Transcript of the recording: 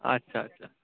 আচ্ছা আচ্ছা